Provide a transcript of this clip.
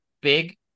big